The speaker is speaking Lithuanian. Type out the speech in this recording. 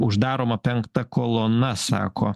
uždaroma penkta kolona sako